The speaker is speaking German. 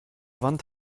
wand